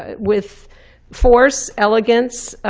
ah with force, elegance,